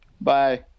Bye